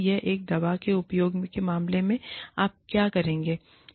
यह एक दवा के उपयोग के मामले में आप क्या करेंगे इसके समान है